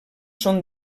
són